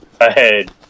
ahead